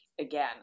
Again